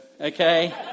Okay